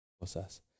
cosas